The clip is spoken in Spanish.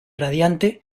radiante